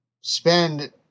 spend